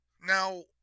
Now